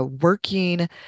Working